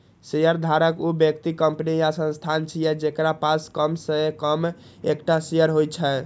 शेयरधारक ऊ व्यक्ति, कंपनी या संस्थान छियै, जेकरा पास कम सं कम एकटा शेयर होइ छै